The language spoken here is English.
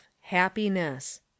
happiness